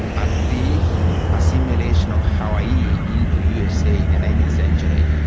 at the assimilation of hawaii into usa in the nineteenth century,